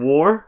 War